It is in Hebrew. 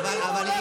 אוי ואבוי,